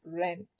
rent